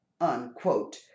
unquote